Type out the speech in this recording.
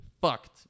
fucked